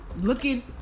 looking